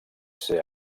ser